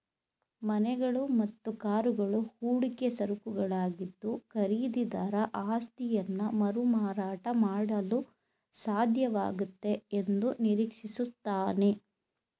ಮನೆಗಳು ಮತ್ತು ಕಾರುಗಳು ಹೂಡಿಕೆ ಸರಕುಗಳಾಗಿದ್ದು ಖರೀದಿದಾರ ಆಸ್ತಿಯನ್ನಮರುಮಾರಾಟ ಮಾಡಲುಸಾಧ್ಯವಾಗುತ್ತೆ ಎಂದುನಿರೀಕ್ಷಿಸುತ್ತಾನೆ